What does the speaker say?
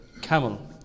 camel